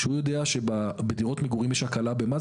כשהוא יודע שבדירות מגורים יש הקלה במס,